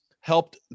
helped